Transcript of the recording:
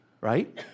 right